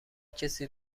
کسی